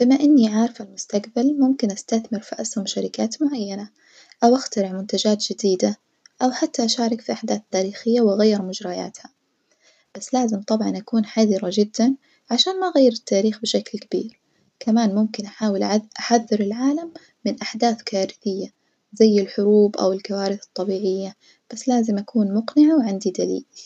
بم إني عارفة المستجبل ممكن أستثمر في أسهم شركات معينة أو اخترع منتجات جديدة أو حتى أشارك في أحداث تاريخية وأغير مجرياتها، بس لازم طبعًا أكون حذرة جدًا عشان ما أغير التاريخ بشكل كبير، كمان ممكن أحاول أ- أحذر العالم من أحداث كارثية زي الحروب أو الكوارث الطبيعية بس لازم أكون مقنعة و عندي دليل.